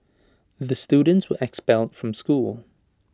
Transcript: the students were expelled from school